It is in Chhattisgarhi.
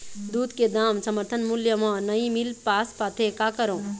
दूध के दाम समर्थन मूल्य म नई मील पास पाथे, का करों?